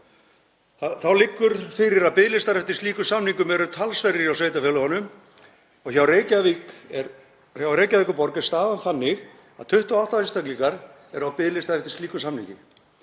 Þá liggur fyrir að biðlistar eftir slíkum samningum eru talsverðir hjá sveitarfélögunum og hjá Reykjavíkurborg er staðan þannig að 28 einstaklingar eru á biðlista eftir slíkum samningi.